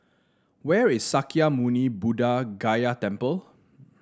where is Sakya Muni Buddha Gaya Temple